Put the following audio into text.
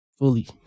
fully